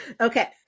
Okay